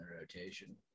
rotation